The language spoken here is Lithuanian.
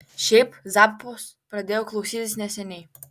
šiaip zappos pradėjau klausytis neseniai